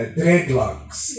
dreadlocks